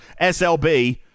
SLB